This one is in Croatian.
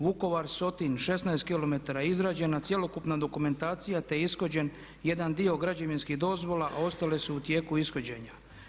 Vukovar-Sotin 16 km, izrađena cjelokupna dokumentacija te je ishođen jedan dio građevinskih dozvola a ostale su u tijeku ishođenja.